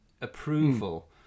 approval